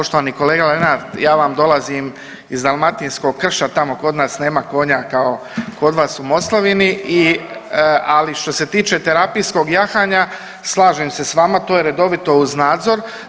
Poštovani kolega Lenart ja vam dolazim iz dalmatinskog krša tamo kod nas nema konja kao kod vas u Moslavini i, ali što se tiče terapijskog jahanja slažem se s vama to je redovito uz nadzor.